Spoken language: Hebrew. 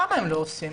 למה הם לא עושים?